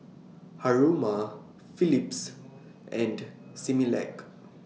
Haruma Phillips and Similac